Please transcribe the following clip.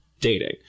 dating